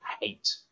hate